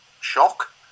Shock